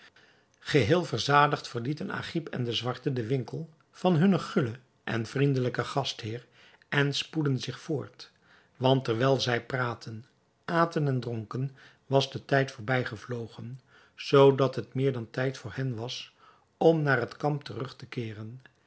geheel verzadigd verlieten agib en de zwarte den winkel van hunnen gullen en vriendelijken gastheer en spoedden zich voort want terwijl zij praatten aten en dronken was de tijd voorbij gevlogen zoodat het meer dan tijd voor hen was om naar het kamp terug te keeren